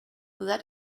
that